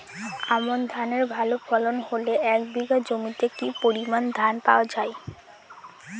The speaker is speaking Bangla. আমন ধানের ভালো ফলন হলে এক বিঘা জমিতে কি পরিমান ধান পাওয়া যায়?